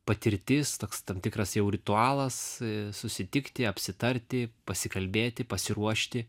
patirtis toks tam tikras jau ritualas susitikti apsitarti pasikalbėti pasiruošti